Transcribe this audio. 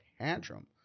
tantrum